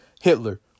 Hitler